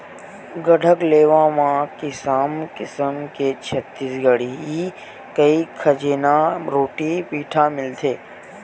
गढ़कलेवा म किसम किसम के छत्तीसगढ़ी खई खजेना, रोटी पिठा मिलथे